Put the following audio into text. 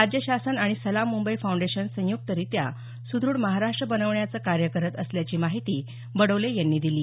राज्य शासन आणि सलाम मुंबई फाउंडेशन संयुक्तरित्या सुदृढ महाराष्ट्र बनविण्याचं कायं करत असल्याची माहिती बडोले यांनी दिली